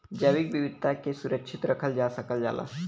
जैविक विविधता के सुरक्षित रखल जा सकल जाला